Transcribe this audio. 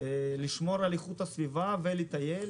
לשמור על איכות הסביבה ולטייל.